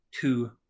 two